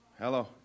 Hello